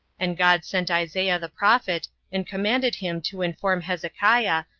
and god sent isaiah the prophet, and commanded him to inform hezekiah,